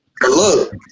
Look